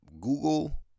Google